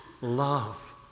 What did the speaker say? love